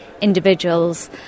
individuals